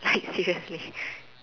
like seriously